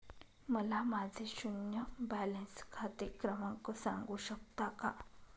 मला माझे शून्य बॅलन्स खाते क्रमांक सांगू शकता का?